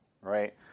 right